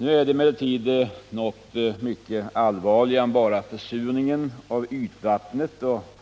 Nu är det emellertid något mycket allvarligare än bara försurning av ytvattnet, och